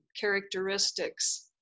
characteristics